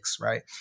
right